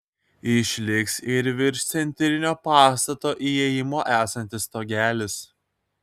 išliks ir virš centrinio pastato įėjimo esantis stogelis